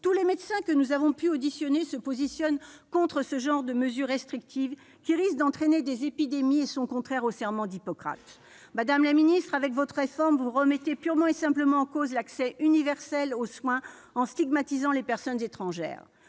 Tous les médecins que nous avons auditionnés s'opposent à ce genre de mesures restrictives, qui risquent de favoriser des épidémies et sont contraires au serment d'Hippocrate. Madame la secrétaire d'État, avec votre réforme, vous remettez purement et simplement en cause l'accès universel aux soins, en stigmatisant les personnes étrangères.